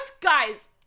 Guys